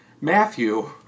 Matthew